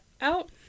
out